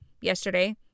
yesterday